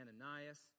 Ananias